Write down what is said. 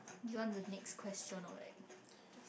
you want to next question or like